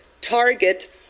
target